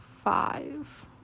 Five